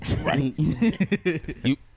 Right